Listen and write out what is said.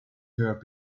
her